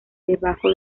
debajo